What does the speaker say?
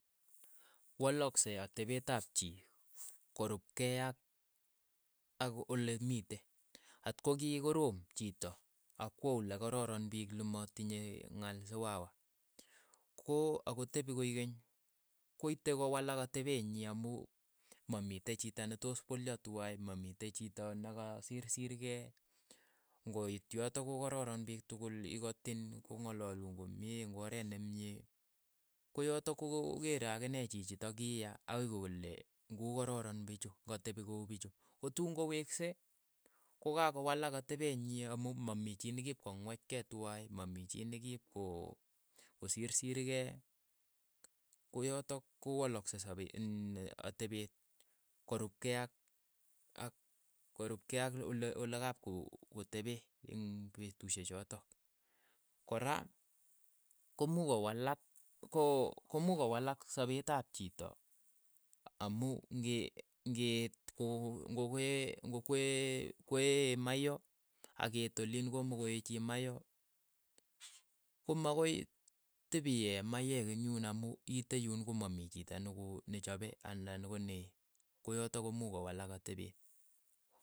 Walakse atepet ap chii korup kei ak ak ole mitei, at ko ki korom chiito ak kwa ole kararan piik ne matinyei ng'aal siwawa, ko akotepi koeek keny, koite kowalak atepeet nyi amu mamitei chito ne toos polyo twai mamitei chito na ka sirsikei, ng'oit yotok ko kararan piik tokol, ikatin, ko ng'alaluun komie, eng' oreet nemie, koyotok kokeere akot akine chiichitok ki yaa akoi kole ng'uu kororon pichu, ng'atepi ko uu pichu, ko tuun koweksei, ko ka kowalak atepet nyi amu mamii chii nikipkong'wech kei twai, mamii chii nikipko kosirsir kei, ko yotok ko walakse sape atepeet korup kei ak ak korupkei ak ole ole kap ko- kotepee eng' petushek chotok, kora ko muuch kowalak ko ko muuch kowalak sapet ap chito amu ng'i ng'iit ko ng'oke ng'o kwee kwee maiyoo akiit oliin ko mo koee chii maiiyo ko makoi tipiee maiyek ing' yuun amu iite yuun ko mamii chito neko nechope anan ko ne ko yotok ko muuch kowalak atepet.